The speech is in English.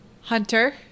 Hunter